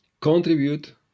contribute